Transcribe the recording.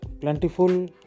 plentiful